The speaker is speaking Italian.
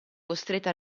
costretta